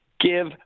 Give